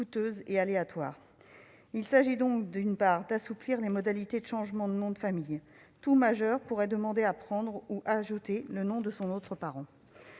coûteuse et aléatoire. Il s'agit donc, d'une part, d'assouplir les modalités de changement de nom de famille. Tout majeur pourrait demander à prendre ou ajouter le nom de son autre parent.